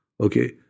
okay